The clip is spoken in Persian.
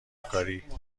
کاری